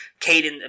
Caden